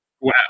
Wow